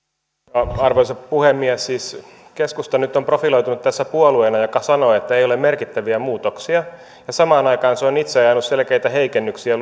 arvoisa puhemies keskusta nyt on profiloitunut tässä puolueena joka sanoo että ei ole merkittäviä muutoksia ja samaan aikaan se on itse ajanut selkeitä heikennyksiä